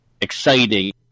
exciting